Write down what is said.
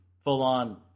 full-on